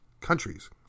countries